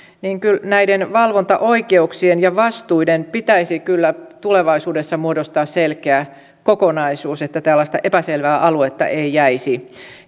näiden valvontaoikeuksien ja vastuiden pitäisi kyllä tulevaisuudessa muodostaa selkeä kokonaisuus että tällaista epäselvää aluetta ei jäisi